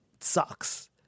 sucks